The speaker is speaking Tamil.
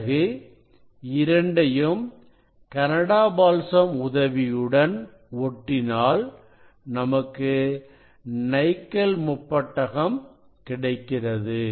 பிறகு இரண்டையும் கனடா பால்சம் உதவியுடன் ஒட்டினால் நமக்கு நைக்கல் முப்பட்டகம் கிடைக்கிறது